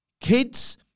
kids